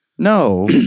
No